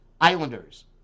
Islanders